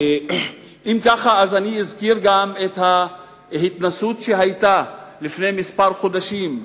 אני אזכיר גם את ההתנסות שהיתה לפני כמה חודשים,